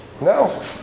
no